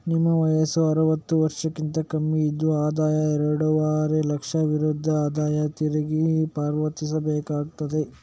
ನಿಮ್ಮ ವಯಸ್ಸು ಅರುವತ್ತು ವರ್ಷಕ್ಕಿಂತ ಕಮ್ಮಿ ಇದ್ದು ಆದಾಯ ಎರಡೂವರೆ ಲಕ್ಷ ಮೀರಿದ್ರೆ ಆದಾಯ ತೆರಿಗೆ ಪಾವತಿಸ್ಬೇಕಾಗ್ತದೆ